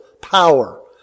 power